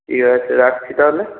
ঠিক আছে রাখছি তাহলে